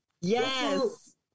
Yes